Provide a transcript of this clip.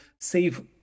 save